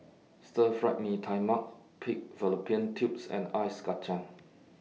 Stir Fried Mee Tai Mak Pig Fallopian Tubes and Ice Kacang